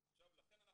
לכן,